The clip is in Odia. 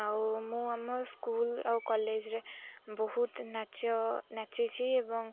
ଆଉ ମୁଁ ଆମ ସ୍କୁଲ୍ ଆଉ କଲେଜ୍ରେ ବହୁତ ନାଚ ନାଚିଛି ଏବଂ